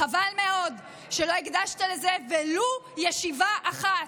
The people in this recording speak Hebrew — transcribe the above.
חבל מאוד שלא הקדשת לזה ולו ישיבה אחת.